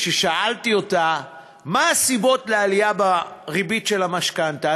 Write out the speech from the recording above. כששאלתי אותה מה הסיבות לעלייה בריבית של המשכנתה,